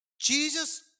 Jesus